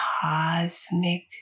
cosmic